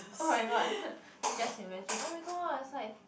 oh my god just imagine oh my god it's like